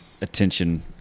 attention